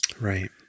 right